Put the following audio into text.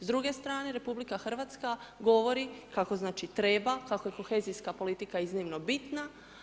S druge strane RH govori kako znači treba, kako je kohezijska politika iznimno bitna.